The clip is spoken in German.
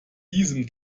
diesem